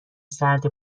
سرد